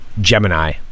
Gemini